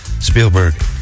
Spielberg